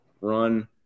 run